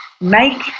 make